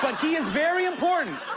but he is very important.